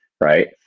right